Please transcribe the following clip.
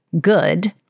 good